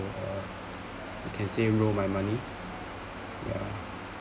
uh you can say roll my money ya